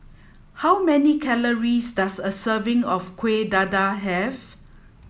how many calories does a serving of kueh dadar have